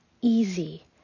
easy